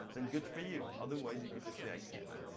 then good for you. otherwise, you could just say, i can't.